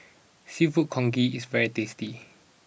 Seafood Congee is very tasty